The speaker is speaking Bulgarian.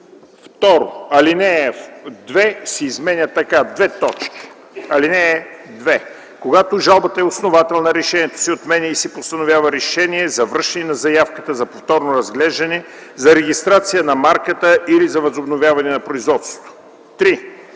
така: „(2) Когато жалбата е основателна, решението се отменя и се постановява решение за връщане на заявката за повторно разглеждане, за регистрация на марката или за възобновяване на производството.” 3.